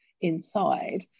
inside